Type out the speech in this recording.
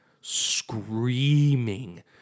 screaming